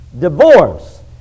Divorce